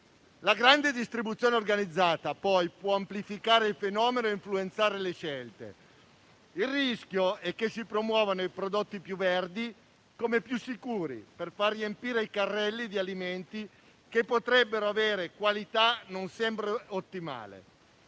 La grande distribuzione organizzata può amplificare il fenomeno e influenzare le scelte. Il rischio è che si promuovono i prodotti più verdi come più sicuri, per far riempire i carrelli di alimenti che potrebbero avere qualità non sempre ottimale.